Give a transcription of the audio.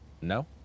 no